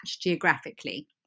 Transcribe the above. geographically